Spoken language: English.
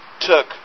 took